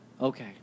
Okay